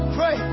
Pray